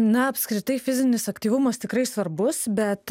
na apskritai fizinis aktyvumas tikrai svarbus bet